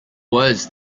was